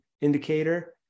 indicator